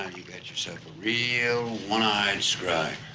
you got yourself a real one-eyed scribe.